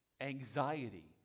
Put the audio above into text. Anxiety